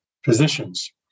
physicians